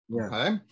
okay